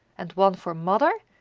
and one for mother,